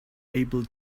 able